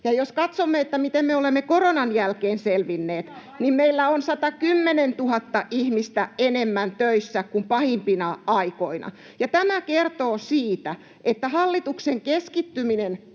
jos katsomme, miten me olemme koronan jälkeen selvinneet, niin meillä on 110 000 ihmistä enemmän töissä kuin pahimpina aikoina. Tämä kertoo siitä, että hallituksen keskittyminen